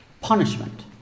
punishment